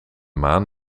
maan